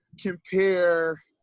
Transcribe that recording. compare